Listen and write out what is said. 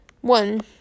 One